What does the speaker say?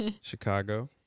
chicago